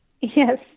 Yes